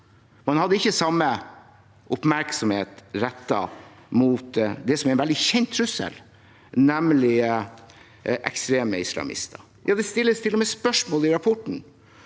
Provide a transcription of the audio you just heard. Man hadde ikke samme oppmerksomhet rettet mot det som er en veldig kjent trussel, nemlig ekstreme islamister. Det stilles til og med spørsmål om det i rapporten,